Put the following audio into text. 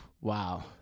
wow